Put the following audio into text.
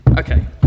Okay